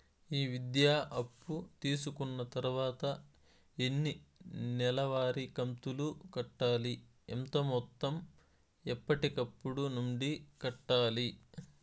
ఈ విద్యా అప్పు తీసుకున్న తర్వాత ఎన్ని నెలవారి కంతులు కట్టాలి? ఎంత మొత్తం ఎప్పటికప్పుడు నుండి కట్టాలి?